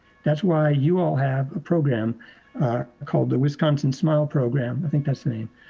that's why you all have a program called the wisconsin smile program. i think that's the name.